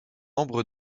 membres